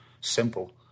simple